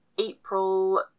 April